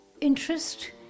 interest